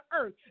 earth